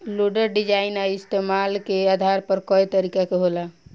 loader design आ इस्तमाल के आधार पर कए तरीका के होला